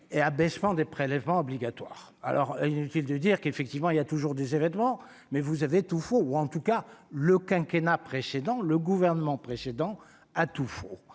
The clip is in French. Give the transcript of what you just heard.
et abaissement des prélèvements obligatoires, alors inutile de dire qu'effectivement il y a toujours des événements, mais vous avez tout faux, ou en tout cas le quinquennat précédent le gouvernement précédent a tout faux